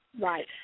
Right